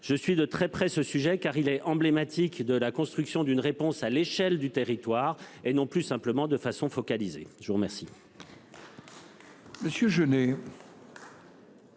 je suis de très près, car il est emblématique de la construction d'une réponse à l'échelle du territoire et non plus simplement de façon focalisée. La parole